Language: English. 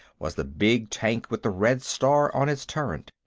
was the big tank with the red star on its turret.